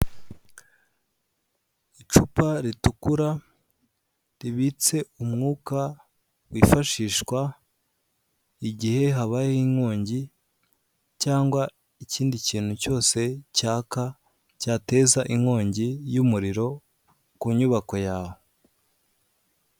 Icupa ritukura ribitse umwuka wifashishwa igihe habayeho inkongi cyangwa ikindi kintu cyose cyaka cyateza inkongi y'umuriro kunyubako yawe.